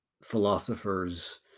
philosophers